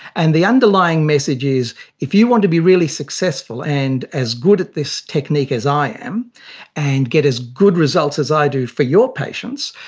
and the underlying message is if you want to be really successful and as good at this technique as i am and get as good results as i do for your patients,